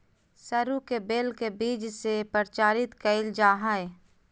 सरू के बेल के बीज से प्रचारित कइल जा हइ